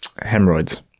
Hemorrhoids